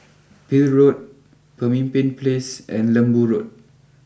Peel Road Pemimpin place and Lembu Road